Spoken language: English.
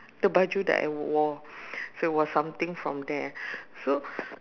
the baju that I wore so was something from there so